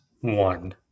one